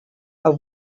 are